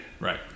right